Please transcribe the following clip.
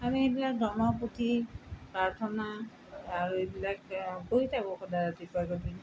আমি সেইবিলাক ধৰ্ম পুথি প্ৰাৰ্থনা আৰু এইবিলাক পঢ়ি থাকোঁ সদায় ৰাতিপুৱা গধূলি